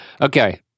okay